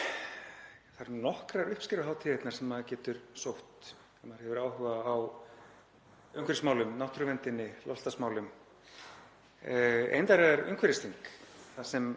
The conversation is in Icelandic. Það eru nokkrar uppskeruhátíðir sem maður getur sótt ef maður hefur áhuga á umhverfismálum, náttúruvernd, loftslagsmálum. Ein þeirra er umhverfisþing þar sem